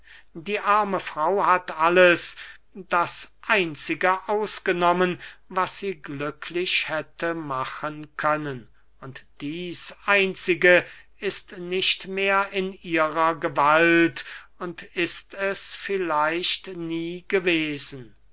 die arme frau hat alles das einzige ausgenommen was sie glücklich hätte machen können und dieß einzige ist nicht mehr in ihrer gewalt und ist es vielleicht nie gewesen